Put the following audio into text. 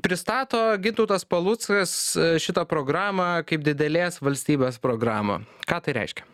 pristato gintautas paluckas šitą programą kaip didelės valstybės programą ką tai reiškia